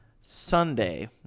Sunday